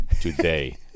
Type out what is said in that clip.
today